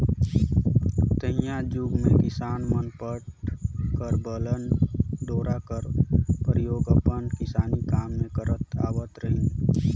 तइहा जुग मे किसान मन पट कर बनल डोरा कर परियोग अपन किसानी काम मे करत आवत रहिन